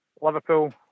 Liverpool